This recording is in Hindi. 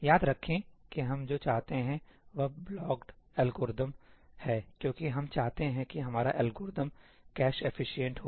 इसलिए याद रखें कि हम जो चाहते हैं वह ब्लॉक्ड एल्गोरिदम है क्योंकि हम चाहते हैं कि हमारा एल्गोरिथ्म कैश एफिशिएंट हो